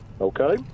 Okay